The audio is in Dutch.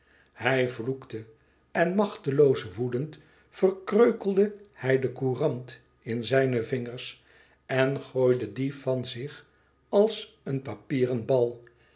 hij vloekte en machteloos woedend verkreukelde hij den courant in zijne vingers en gooide dien van zich als een papieren